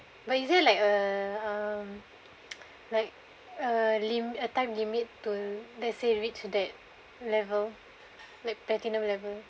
but is it like uh um like uh lim~ uh time limit to that say reach that level like platinum level